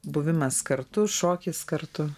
buvimas kartu šokis kartu